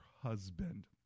husband